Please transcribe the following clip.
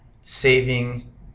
saving